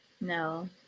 no